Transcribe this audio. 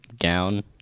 gown